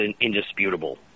indisputable